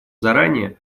заранее